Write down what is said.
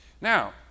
Now